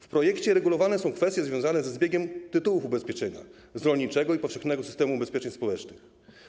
W projekcie regulowane są kwestie związane ze zbiegiem tytułów ubezpieczenia rolniczego i powszechnego systemu ubezpieczeń społecznych.